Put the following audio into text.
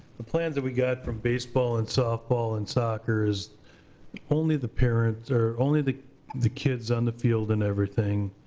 the plan that we got from baseball, and softball, and soccer is only the parents, or only the the kids on the field and everything,